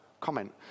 comment